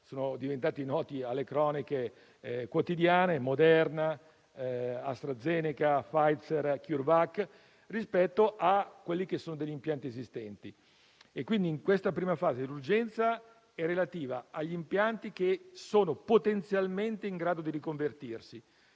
sono diventate ormai note alle cronache quotidiane (Moderna, AstraZeneca, Pfizer, CureVac) con gli impianti esistenti. Quindi, in questa prima fase, l'urgenza è relativa agli impianti che sono potenzialmente in grado di riconvertirsi.